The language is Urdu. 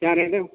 کیا ریٹ ہے